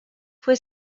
fue